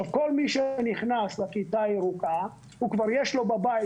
כל מי שנכנס לכיתה הירוקה כבר יש לו בבית,